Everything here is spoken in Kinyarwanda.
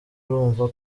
urumva